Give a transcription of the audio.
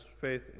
faith